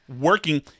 working